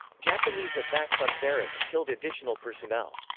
japanese attacks on barracks killed additional personnel.